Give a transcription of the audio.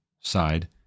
side